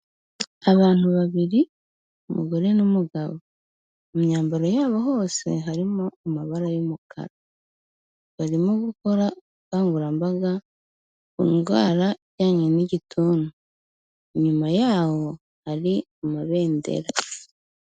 Abantu babiri umugore n'umugabo, mu myambaro yabo hose harimo amabara y'umukara, barimo gukora ubukangurambaga ku ndwara ijyanye n'Igituntu, inyuma yabo ari amabendera.